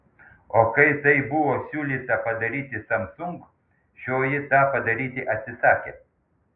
o kai tai buvo siūlyta padaryti samsung šioji tą padaryti atsisakė